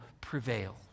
prevail